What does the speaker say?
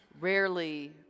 rarely